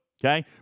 okay